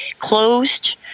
closed